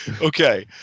Okay